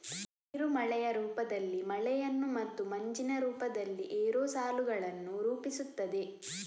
ನೀರು ಮಳೆಯ ರೂಪದಲ್ಲಿ ಮಳೆಯನ್ನು ಮತ್ತು ಮಂಜಿನ ರೂಪದಲ್ಲಿ ಏರೋಸಾಲುಗಳನ್ನು ರೂಪಿಸುತ್ತದೆ